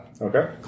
Okay